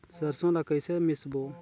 सरसो ला कइसे मिसबो?